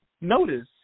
notice